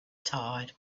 tired